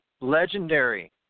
legendary